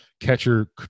catcher